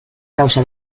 causa